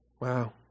Wow